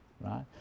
right